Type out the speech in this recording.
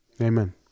Amen